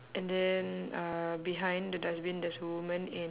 and then uh behind the dustbin there's a woman in